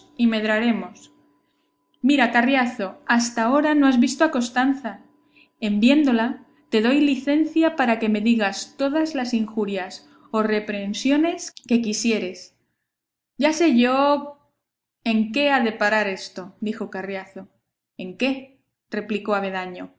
y medraremos mira carriazo hasta ahora no has visto a costanza en viéndola te doy licencia para que me digas todas las injurias o reprehensiones que quisieres ya sé yo en qué ha de parar esto dijo carriazo en qué replicó avendaño